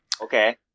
Okay